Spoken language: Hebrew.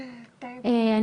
טוב, אני